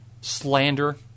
Slander